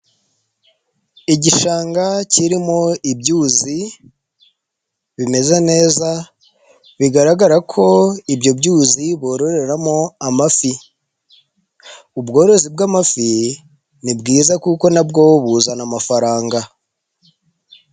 Igishanga kirimo ibyuzi, bimeze neza bigaragara ko ibyo byuzi bororeramo amafi, ubworozi bw'amafi nibwi kuko nabwo buzana amafaranga.